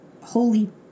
holy